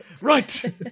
right